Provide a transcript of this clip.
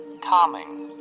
Calming